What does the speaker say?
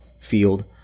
field